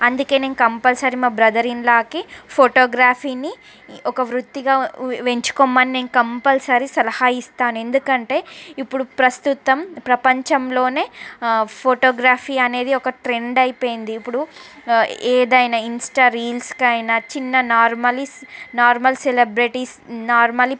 అందుకే నేను కంపల్సరీ మా బ్రదర్ ఇన్ లాకి ఫోటోగ్రాఫిని ఒక వృత్తిగా ఎంచుకోమని నేను కంపల్సరీ సలహా ఇస్తాను ఎందుకంటే ఇప్పుడు ప్రస్తుతం ప్రపంచంలోనే ఫొటోగ్రఫీ అనేది ఒక ట్రెండ్ అయిపోయింది ఇప్పుడు ఏదైనా ఇన్స్టా రీల్స్ కి అయినా చిన్న నార్మలీ నార్మల్ సెలబ్రిటీస్ నార్మలీ